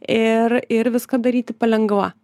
ir ir viską daryti palengva